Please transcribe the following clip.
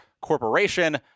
Corporation